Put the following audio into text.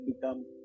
become